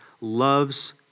loves